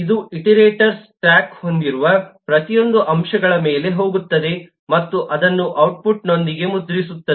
ಇದು iterates stack ಹೊಂದಿರುವ ಪ್ರತಿಯೊಂದು ಅಂಶಗಳ ಮೇಲೆ ಹೋಗುತ್ತದೆ ಮತ್ತು ಅದನ್ನು ಔಟ್ಪುಟ್ನೊಂದಿಗೆ ಮುದ್ರಿಸುತ್ತದೆ